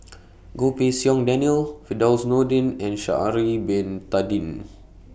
Goh Pei Siong Daniel Firdaus Nordin and Sha'Ari Bin Tadin